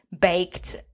baked